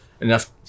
enough